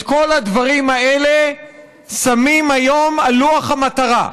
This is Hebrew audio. את כל הדברים האלה שמים היום על לוח המטרה,